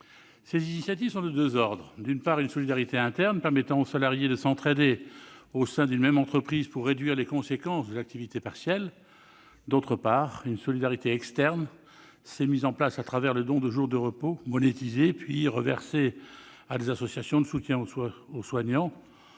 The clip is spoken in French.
Ces initiatives sont de deux ordres : d'une part, une solidarité interne, permettant aux salariés de s'entraider au sein d'une même entreprise pour réduire les conséquences de l'activité partielle ; d'autre part, une solidarité externe qui s'exprime par le don de jours de repos monétisés puis reversés à des associations de soutien aux soignants.